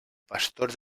pastor